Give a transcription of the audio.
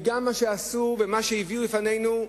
גם מה שעשו ומה שהביאו לפנינו,